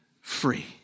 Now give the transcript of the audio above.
free